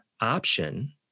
option